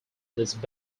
least